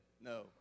no